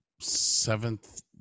seventh